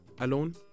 alone